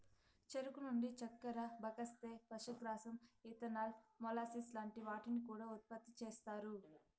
చెరుకు నుండి చక్కర, బగస్సే, పశుగ్రాసం, ఇథనాల్, మొలాసిస్ లాంటి వాటిని కూడా ఉత్పతి చేస్తారు